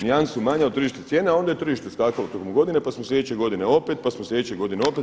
Nijansu manja od tržišne cijene, a onda je tržište skakalo tokom godine, pa smo sljedeće godine opet, pa smo sljedeće godine opet.